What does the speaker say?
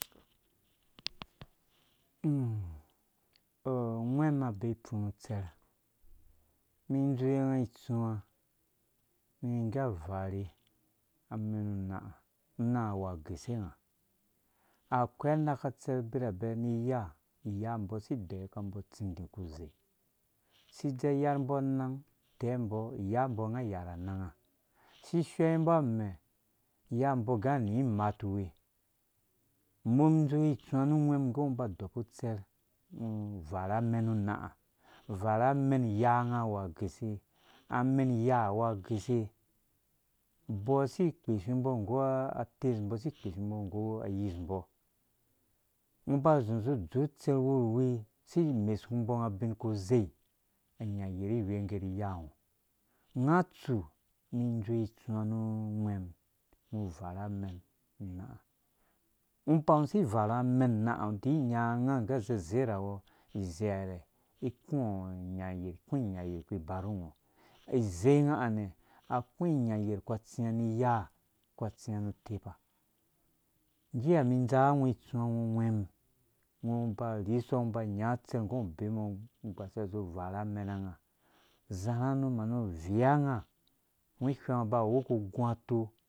ungwɛm abee ifunu utserh umum idzoweunga itsuwa mi nggɛ avare amɛnu una ha una ha awu agase nga akoi anakatserh birabɛ ni iya nyambɔ si ideyika umbɔ utsindi kuze sidze ayarmbɔ anag tɛ mbɔ yambɔ unga ayar ananga si ishɔyimbɔ amɛ uyambɔ gɛ unga ani matuwe umum idzowe nu ungwem gɛ ungo uba udɔbu utsɛrh ungo uwara amenu una ha uvara amen uyange awu agɛse amɛn iyaa awu agɛse abɔɔ si ikpeshumbɔ nggu atembɔ si ikpesumbɔ nggu ayismbɔ ungo uba uzi uzi udzurh utsɛr wurwi si imesku mbɔ unga ubin ku zei inya yer iwengeri iyango unga atsu umum idzowɛ itsũmwã nu ungwɛm ungo uvara amɛn una ha ungohã nɛ uba si ivar ungo gɛ zezer awɔ izeia rɛ iku a ikũ inya yer iku iba ru ungo ize unga hã nɛ̃ aku inyayer aku atsia ni iyaa ku atsi nu utopa nggɛ ha umum idzaa ungo itsuwa ungo ungwe mum ungo uba urisɔ ungo uba unyaɔ utsɛrh gɛ ungo ubemungo ungo ugbaashia uzu uvara amɛnanga uzarha nu manu uviya unga ungo ihwɛngo aba wuku ugu ato